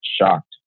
shocked